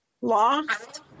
lost